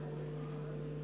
חקיקה),